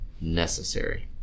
necessary